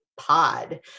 Pod